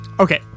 Okay